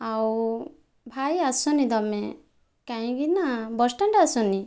ଆଉ ଭାଇ ଆସନି ତୁମେ କାହିଁକି ନା ବସଷ୍ଟାଣ୍ଡ ଆସନି